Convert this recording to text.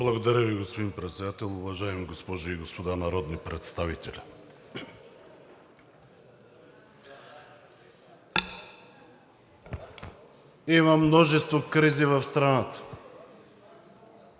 Благодаря Ви, господин Председател. Уважаеми госпожи и господа народни представители! Има множество кризи в страната.